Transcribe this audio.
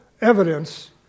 evidence